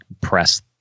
press